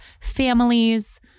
families